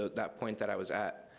ah that point that i was at,